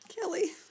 Kelly